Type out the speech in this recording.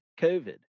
COVID